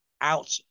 out